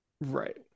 Right